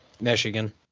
Michigan